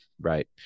Right